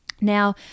Now